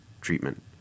treatment